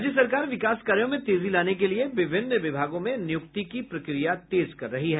राज्य सरकार विकास कार्यों में तेजी लाने के लिए विभिन्न विभागों में नियुक्ति की प्रक्रिया तेज कर रही है